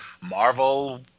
Marvel